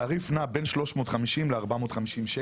התעריף נע בין 350 ל-450 ליום.